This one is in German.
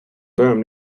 böhm